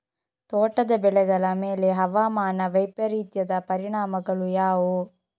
ತೋಟದ ಬೆಳೆಗಳ ಮೇಲೆ ಹವಾಮಾನ ವೈಪರೀತ್ಯದ ಪರಿಣಾಮಗಳು ಯಾವುವು?